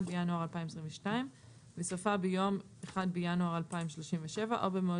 1 בינואר 2022 וסופה ביום 1 בינואר 2037 או במועד